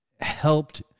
helped